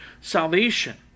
salvation